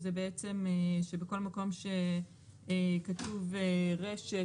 והם שבכל מקום שכתוב רשת,